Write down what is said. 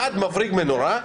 אחד מרכיב נורה,